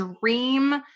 dream